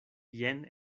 jen